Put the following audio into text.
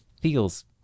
Feels